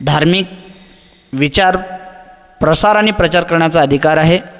धार्मिक विचारप्रसार आणि प्रचार करण्याचा अधिकार आहे